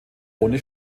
ohne